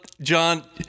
John